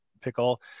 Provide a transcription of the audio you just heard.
pickle